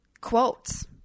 quotes